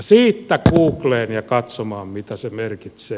siitä googleen ja katsomaan mitä se merkitsee